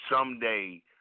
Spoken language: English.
someday